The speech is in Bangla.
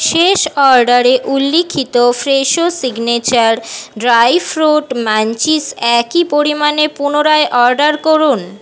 শেষ অর্ডারে উল্লিখিত Fresho signature dry fruit munchies একই পরিমাণে পুনরায় অর্ডার করুন